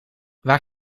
waar